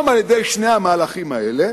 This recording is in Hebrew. גם על-ידי שני המהלכים האלה